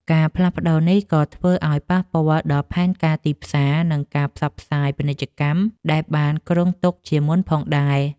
ការផ្លាស់ប្តូរនេះក៏ធ្វើឱ្យប៉ះពាល់ដល់ផែនការទីផ្សារ និងការផ្សព្វផ្សាយពាណិជ្ជកម្មដែលបានគ្រោងទុកជាមុនផងដែរ។